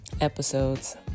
episodes